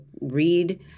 read